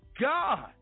God